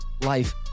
life